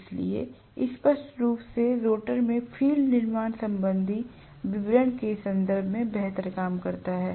इसलिए स्पष्ट रूप से रोटर में फ़ील्ड निर्माण संबंधी विवरण के संदर्भ में बेहतर काम करता है